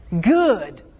good